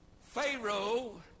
Pharaoh